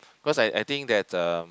because I I think that uh